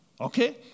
Okay